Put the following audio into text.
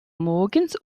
morgens